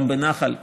גם בנחל,